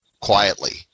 quietly